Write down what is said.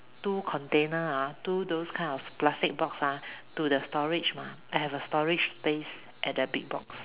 two container ah two those kind of plastic box ah to the storage mah I have a storage space at the Big-Box